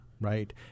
right